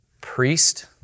Priest